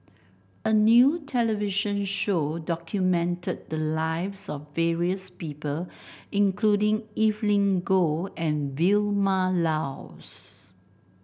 a new television show documented the lives of various people including Evelyn Goh and Vilma Laus